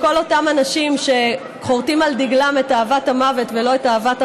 בכל אותם אנשים שחורתים על דגלם את אהבת המוות ולא את אהבת החיים,